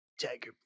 Tiger